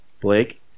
Blake